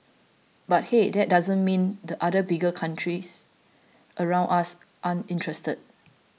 but hey that doesn't mean the other big countries around us aren't interested